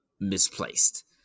misplaced